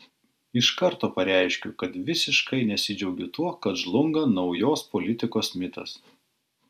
iš karto pareiškiu kad visiškai nesidžiaugiu tuo kad žlunga naujos politikos mitas